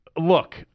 look